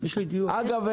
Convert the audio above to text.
אגב,